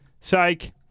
psych